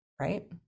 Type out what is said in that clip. right